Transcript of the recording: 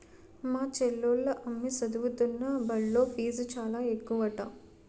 మా చెల్లోల అమ్మి సదువుతున్న బల్లో ఫీజు చాలా ఎక్కువట